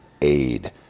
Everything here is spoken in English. aid